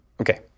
Okay